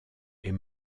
est